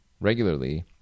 regularly